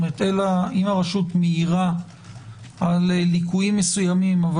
אם הרשות מעירה על ליקויים מסוימים אבל